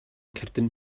cerdyn